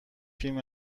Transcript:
فیلم